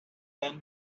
than